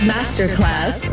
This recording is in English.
Masterclass